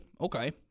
okay